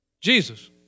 Jesus